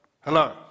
Hello